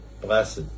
blessed